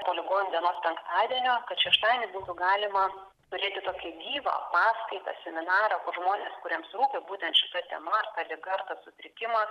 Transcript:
po ligonių dienos penktadienio šeštadienį būtų galima turėti tokį gyvą paskaitą seminarą kur žmonės kuriems rūpi būtent šita tema ar ta liga ar tas sutrikimas